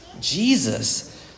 Jesus